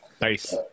Nice